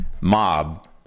mob